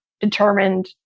determined